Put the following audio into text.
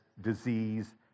disease